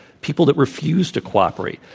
people that refused to cooperate.